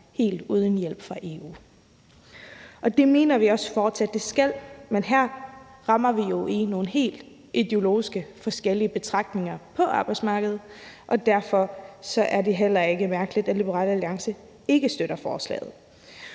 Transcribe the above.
helt uden hjælp fra EU. Det mener vi også fortsat det skal, men her rammer vi jo ned i nogle helt ideologisk forskellige betragtninger af arbejdsmarkedet, og derfor er det heller ikke mærkeligt, at Liberal Alliance ikke støtter forslaget.